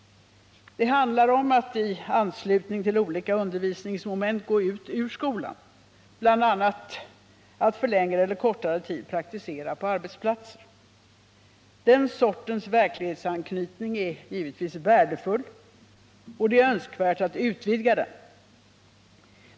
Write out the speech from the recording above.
Det handlar om att i anslutning till olika undervisningsmoment gå ut ur skolan och bl.a. för längre eller kortare tid praktisera på arbetsplatser. Den sortens verklighetsanknytning är givetvis värdefull, och det är önskvärt att den utvidgas.